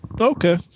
Okay